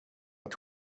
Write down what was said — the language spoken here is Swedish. att